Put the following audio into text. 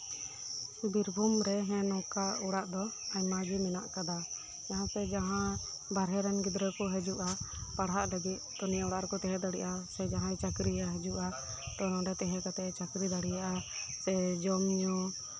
ᱵᱤᱨᱵᱷᱩᱢ ᱨᱮ ᱦᱮᱸ ᱱᱚᱝᱠᱟ ᱚᱲᱟᱜ ᱫᱚ ᱟᱭᱢᱟ ᱜᱮ ᱢᱮᱱᱟᱜ ᱟᱠᱟᱫᱟ ᱚᱱᱟᱛᱮ ᱡᱟᱦᱟᱸ ᱵᱟᱦᱨᱮ ᱨᱮᱱ ᱜᱤᱫᱽᱨᱟᱹ ᱠᱚ ᱦᱤᱡᱩᱜᱼᱟ ᱯᱟᱲᱦᱟᱜ ᱞᱟᱹᱜᱤᱫ ᱛᱚ ᱱᱤᱭᱟᱹ ᱚᱲᱟᱜ ᱨᱮᱠᱚ ᱛᱟᱦᱮᱸ ᱫᱟᱲᱮᱭᱟᱜᱼᱟ ᱥᱮ ᱡᱟᱸᱦᱟᱭ ᱪᱟᱹᱠᱨᱤᱭᱟᱭ ᱛᱚ ᱚᱸᱰᱮ ᱛᱟᱦᱮᱸ ᱠᱟᱛᱮᱫ ᱮ ᱪᱟᱹᱠᱨᱤ ᱫᱟᱲᱮᱭᱟᱜᱼᱟ ᱥᱮ ᱡᱚᱢ ᱧᱩ